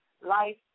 life